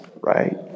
right